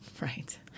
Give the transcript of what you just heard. Right